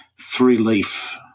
three-leaf